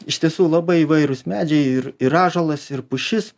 iš tiesų labai įvairūs medžiai ir ir ąžuolas ir pušis